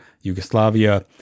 Yugoslavia